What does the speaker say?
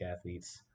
athletes